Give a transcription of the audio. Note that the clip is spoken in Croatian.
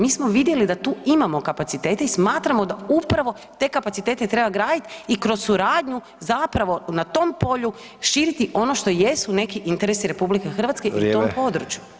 Mi smo vidjeli da tu imamo kapacitete i smatramo da upravo te kapacitete treba graditi i kroz suradnju zapravo na tom polju širiti ono što jesu neki interesi RH na tom području.